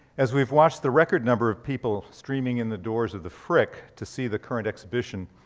as we've watched the record number of people streaming in the doors of the frick to see the current exhibition,